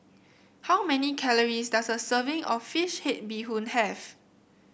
how many calories does a serving of fish head Bee Hoon have